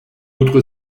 autre